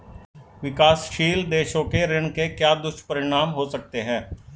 विकासशील देशों के ऋण के क्या दुष्परिणाम हो सकते हैं?